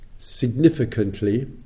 significantly